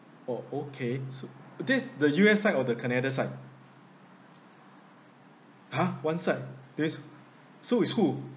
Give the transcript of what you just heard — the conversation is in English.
orh okay so this the U_S side or the canada side ha one side because so is who